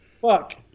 fuck